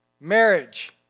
Marriage